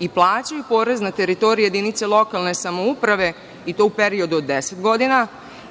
i plaćaju porez na teritoriji jedinice lokalne samouprave i to u periodu od 10 godina,